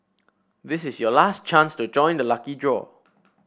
this is your last chance to join the lucky draw